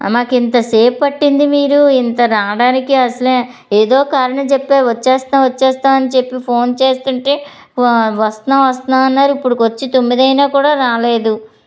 మాకు ఇంతసేపు పట్టింది మీరు ఇంత రావడానికి అసలు ఏదోకారణం చెప్పే వచ్చేస్తాం వచ్చేస్తాం అని చెప్పి ఫోన్ చేస్తుంటే వా వస్త్నాం వస్త్నాం అన్నారు ఇప్పుడుకి వచ్చి తొమ్మిదయినా కూడా రాలేదు